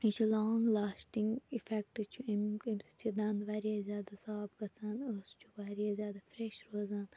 یہِ چھ long lasting effect چھُ امیُک امہ سۭتۍ چھِ دَند واریاہ زیادٕ صاف گَژھان ٲس چھُ واریاہ زیادٕ فرٛیٚش روزان